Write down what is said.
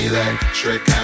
Electric